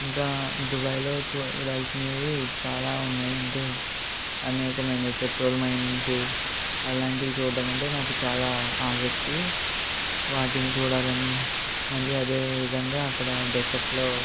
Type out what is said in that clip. ఇంకా దుబాయ్లో చూడాల్సినవి చాలా ఉన్నాయి అంటే అనేకమైన పెట్రోల్ మైనింగ్స్ అలాంటివి చూడటం అంటే నాకు చాలా ఆసక్తి వాటిని చూడాలని మళ్ళీ అదే విధంగా అక్కడ డెసర్ట్లో